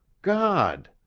god!